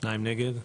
2 נמנעים,